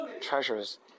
treasures